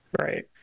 Right